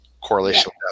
correlation